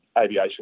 aviation